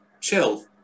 chill